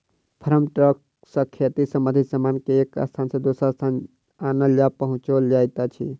farm truck सॅ खेती संबंधित सामान के एक स्थान सॅ दोसर स्थान आनल आ पहुँचाओल जाइत अछि